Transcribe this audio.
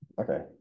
Okay